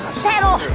pedal!